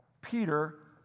Peter